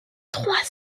trois